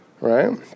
Right